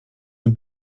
nur